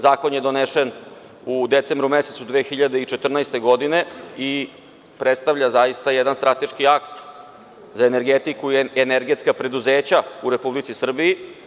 Zakon je donesen u decembru mesecu 2014. godine i predstavlja zaista jedan strateški akt za energetiku i energetska preduzeća u Republici Srbiji.